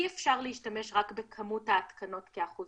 אי-אפשר להשתמש רק בכמות ההתקנות כאחוז